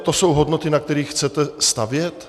To jsou hodnoty, na kterých chcete stavět?